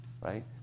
right